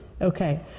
Okay